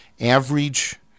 average